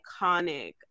iconic